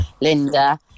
Linda